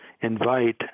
invite